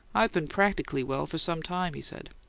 i been practically well for some time, he said.